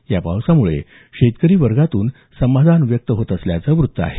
या पावसामुळे शेतकरी वर्गातून समाधान व्यक्त होत असल्याचं वृत्त आहे